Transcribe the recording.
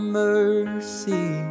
mercy